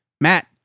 Matt